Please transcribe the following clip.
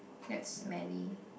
that's smelly